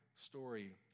story